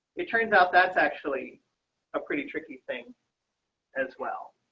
it turns out that's actually a pretty tricky thing as well.